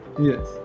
Yes